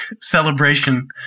celebration